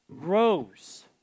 grows